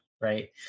right